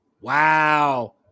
Wow